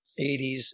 80s